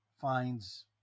finds